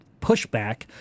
pushback